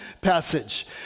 passage